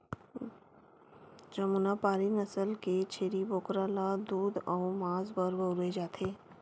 जमुनापारी नसल के छेरी बोकरा ल दूद अउ मांस बर बउरे जाथे